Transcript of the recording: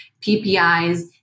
PPIs